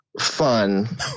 fun